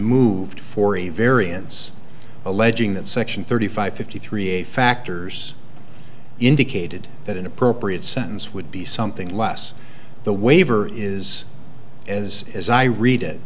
moved for a variance alleging that section thirty five fifty three a factors indicated that an appropriate sentence would be something less the waiver is as as i read it